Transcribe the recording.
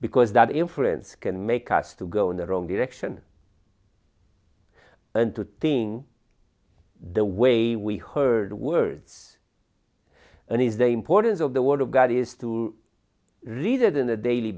because that inference can make us to go in the wrong direction and to thing the way we heard words and is the importance of the word of god is to read it in a daily